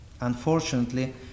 Unfortunately